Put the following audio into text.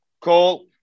call